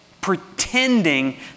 pretending